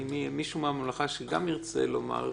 אם יהיה מישהו מהממלכה שגם ירצה לומר,